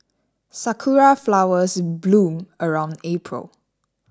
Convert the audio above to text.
sakura flowers bloom around April